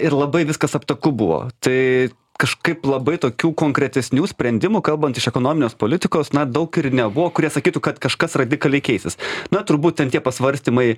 ir labai viskas aptaku buvo tai kažkaip labai tokių konkretesnių sprendimų kalbant iš ekonominės politikos na daug ir nebuvo kurie sakytų kad kažkas radikaliai keisis na turbūt ten tie pasvarstymai